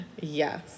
yes